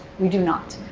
we do not.